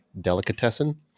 Delicatessen